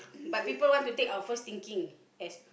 but people want to take our first thinking as